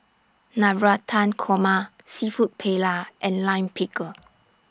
Navratan Korma Seafood Paella and Lime Pickle